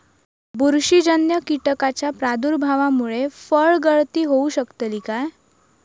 बुरशीजन्य कीटकाच्या प्रादुर्भावामूळे फळगळती होऊ शकतली काय?